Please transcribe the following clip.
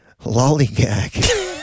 lollygag